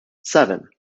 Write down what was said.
seven